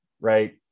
Right